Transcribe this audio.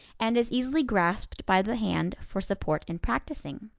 and is easily grasped by the hand for support in practicing.